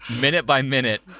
minute-by-minute